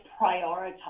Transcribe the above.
prioritize